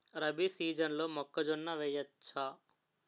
రబీ సీజన్లో మొక్కజొన్న వెయ్యచ్చా?